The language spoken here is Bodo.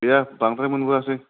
गैया बांद्राय मोनबोयासै